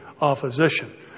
opposition